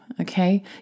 okay